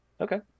Okay